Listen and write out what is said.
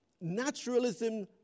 Naturalism